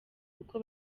kuko